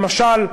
למשל,